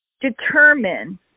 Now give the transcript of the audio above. determine